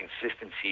consistency